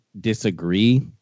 disagree